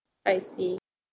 I see